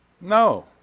No